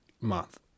Month